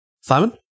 Simon